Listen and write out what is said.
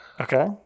Okay